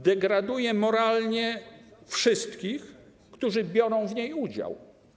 Degraduje moralnie wszystkich, którzy biorą w niej udział.